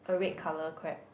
a red colour crab